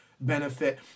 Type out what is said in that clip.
benefit